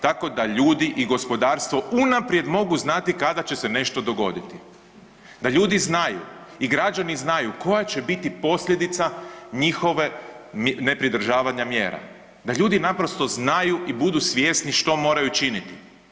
Tako da ljudi i gospodarstvo unaprijed mogu znati kada će se nešto dogoditi, da ljudi znaju i građani znaju koja će biti posljedica njihovog nepridržavanja mjera, da ljudi naprosto znaju i budu svjesni što moraju činiti.